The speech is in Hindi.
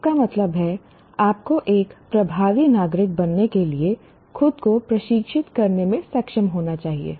इसका मतलब है आपको एक प्रभावी नागरिक बनने के लिए खुद को प्रशिक्षित करने में सक्षम होना चाहिए